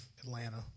Atlanta